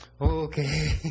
okay